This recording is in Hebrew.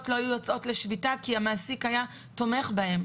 לא היו יוצאות לשביתה כי המעסיק היה תומך בהן.